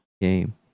game